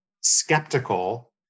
skeptical